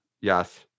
Yes